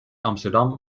amsterdam